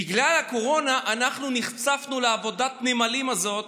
בגלל הקורונה נחשפנו לעבודת הנמלים הזאת